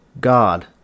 God